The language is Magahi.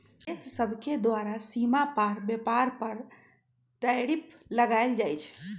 देश सभके द्वारा सीमा पार व्यापार पर टैरिफ लगायल जाइ छइ